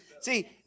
See